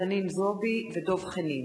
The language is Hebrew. חנין זועבי ודב חנין.